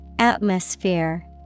Atmosphere